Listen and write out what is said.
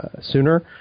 sooner